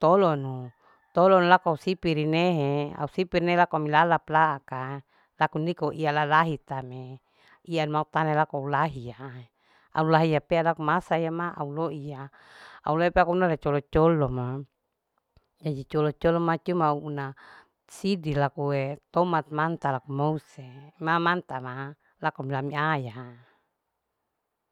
tolonu. tolonu laku au sipi nehe au sipi nehe laku ami lalap laaka laku niko ianu lalahita me ianu ma au tanaya laku au lahiya. au lahiya pea laku masaya ma au loiya. au loiya pea laku colo. colo majaji colo. colo ma cuma au una sidi lakue tomat manta laku mouse ma manta ma laku ami aaya